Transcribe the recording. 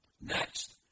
Next